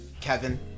Kevin